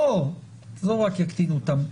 לא, לא רק יקטינו אותם,